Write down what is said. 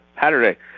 Saturday